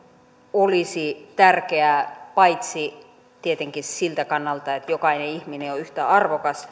olisi tärkeää paitsi tietenkin siltä kannalta että jokainen ihminen on yhtä arvokas